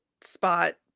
spot